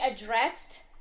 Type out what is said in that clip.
addressed